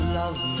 love